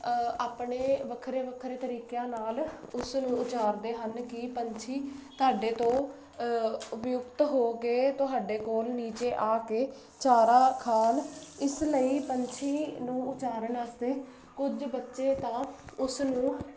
ਆਪਣੇ ਵੱਖਰੇ ਵੱਖਰੇ ਤਰੀਕਿਆਂ ਨਾਲ ਉਸ ਨੂੰ ਉਚਾਰਦੇ ਹਨ ਕੀ ਪੰਛੀ ਤੁਹਾਡੇ ਤੋਂ ਉਪਯੁਕਤ ਹੋ ਕੇ ਤੁਹਾਡੇ ਕੋਲ ਨੀਚੇ ਆ ਕੇ ਚਾਰਾ ਖਾਣ ਇਸ ਲਈ ਪੰਛੀ ਨੂੰ ਉਚਾਰਨ ਵਾਸਤੇ ਕੁਝ ਬੱਚੇ ਤਾਂ ਉਸ ਨੂੰ